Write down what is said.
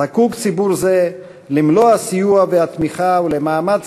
ציבור זה זקוק למלוא הסיוע והתמיכה ולמאמץ